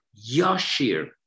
yashir